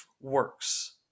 works